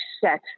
set